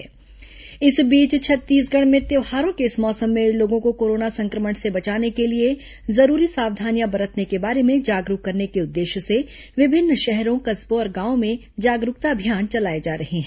corona जागरूकता इस बीच छत्तीसगढ़ में त्यौहारों के इस मौसम में लोगों को कोरोना संक्रमण से बचाने के लिए जरूरी सावधानियां बरतने के बारे में जागरूक करने के उद्देश्य से विभिन्न शहरों कस्बों और गांवों में जागरूकता अभियान चलाए जा रहे हैं